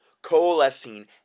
coalescing